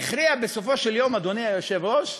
הכריעה בסופו של דבר, אדוני היושב-ראש,